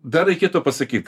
dar reikėtų pasakyt